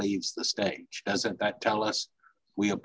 leads the state doesn't that tell us we